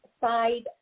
side